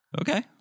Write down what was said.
Okay